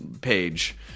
page